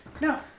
No